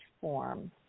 form